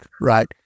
right